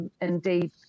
Indeed